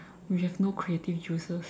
we have no creative juices